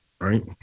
Right